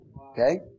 Okay